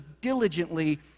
diligently